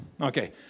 Okay